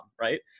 Right